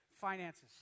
Finances